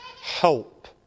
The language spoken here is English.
Help